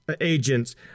agents